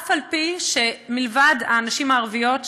מלבד הנשים הערביות,